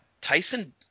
Tyson –